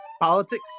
politics